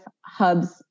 hubs